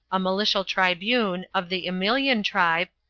a milital tribune, of the emiljan tribe,